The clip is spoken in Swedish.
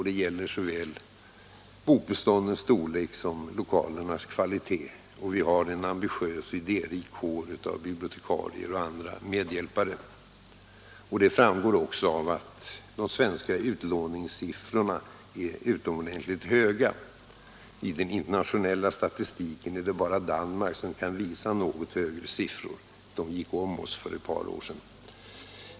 Det gäller såväl bokbeståndens storlek som lokalernas kvalitet, och vi har en ambitiös och idérik kår av bibliotekarier och andra med hjälpare. Det framgår också av att de svenska utlåningssiffrorna är ut — Nr 111 omordentligt höga. I den internationella statistiken är det bara Danmark som kan visa något högre siffror; danskarna gick om oss för ett par år sedan.